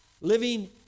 Living